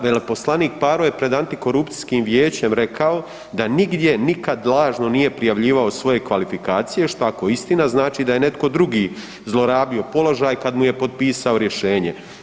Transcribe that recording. Veleposlanik Paro je pred antikorupcijskim vijećem rekao da nigdje nikad lažno nije prijavljivao svoje kvalifikacije, što ako je istina, znači da je netko drugi zlorabio položaj kad mu je potpisao rješenje.